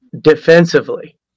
defensively